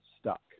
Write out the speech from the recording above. stuck